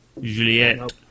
Juliette